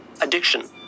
addiction